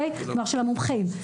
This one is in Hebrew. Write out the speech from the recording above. כלומר של המומחים.